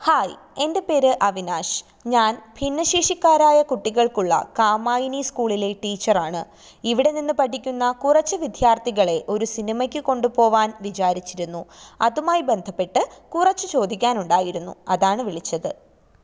hi എൻ്റെ പേര് അവിനാഷ് ഞാൻ ഭിന്നശേഷിക്കാരായ കുട്ടികൾക്കുള്ള കാമായിനി സ്കൂളിലെ ടീച്ചറാണ് ഇവിടെ നിന്ന് പഠിക്കുന്ന കുറച്ച് വിദ്യാർത്ഥികളെ ഒരു സിനിമയ്ക്ക് കൊണ്ടുപോവാൻ വിചാരിച്ചിരുന്നു അതുമായി ബന്ധപ്പെട്ട് കുറച്ച് ചോദിക്കാനുണ്ടായിരുന്നു അതാണ് വിളിച്ചത്